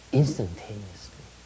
instantaneously